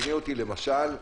למשל,